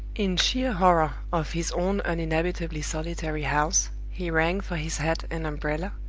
in sheer horror of his own uninhabitably solitary house, he rang for his hat and umbrella,